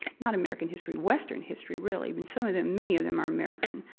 not american history, western history really i mean some of them, many of them are american.